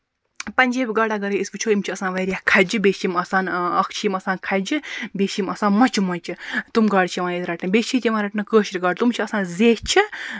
پَنجٲبۍ گاڈٕ اَگرے أسۍ وُچھو یِم چھِ آسان واریاہ کھجہِ بیٚیہِ چھِ یِم آسان اکھ چھِ یِم آسان کھجہِ بیٚیہِ چھِ یِم آسان مۄچہِ مۄچہِ تِم گاڈٕ چھِ یِوان ییٚتہِ رَٹنہٕ بیٚیہِ چھِ ییٚتہِ یِوان کٲشرِ گاڈٕ تِم چھِ آسان زیچھہِ